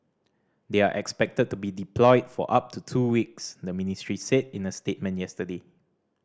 they are expected to be deployed for up to two weeks the ministry said in a statement yesterday